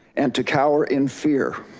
and to cower in fear.